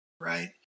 right